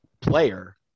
player